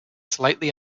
slightly